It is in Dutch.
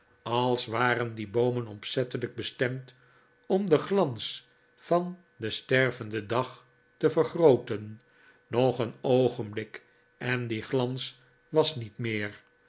als waren die boomen opzettelijk bestemd om den glans van den stervenden dag te vergrooten nog een oogenblik en die glans was niet meer